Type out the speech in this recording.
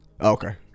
Okay